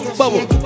bubble